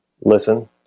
listen